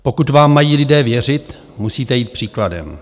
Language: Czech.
Pokud vám mají lidé věřit, musíte jít příkladem.